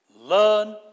Learn